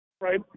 right